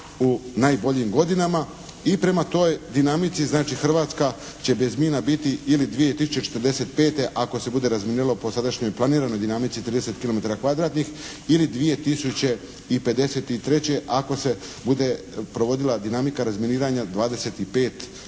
u najboljim godinama i prema toj dinamici znači Hrvatska će bez mina biti ili 2045. ako se bude razminiralo po sadašnjoj planiranoj dinamici 30 kilometara kvadratnih ili 2053. ako se bude provodila dinamika razminiranja 25